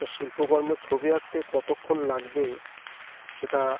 একটা শিল্পকর্মের ছবি আঁকতে কতক্ষণ লাগবে সেটা